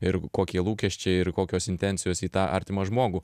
ir kokie lūkesčiai ir kokios intencijos į tą artimą žmogų